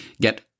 get